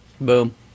Boom